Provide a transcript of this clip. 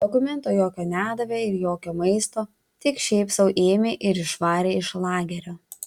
dokumento jokio nedavė ir jokio maisto tik šiaip sau ėmė ir išvarė iš lagerio